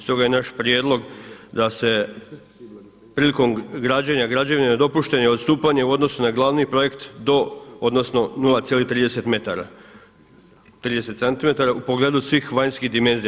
Stoga je naš prijedlog da se prilikom građenja građevine dopušteno odstupanje u odnosu na glavni projekt do, odnosno 0,30 m, 30 cm u pogledu svih vanjskih dimenzija.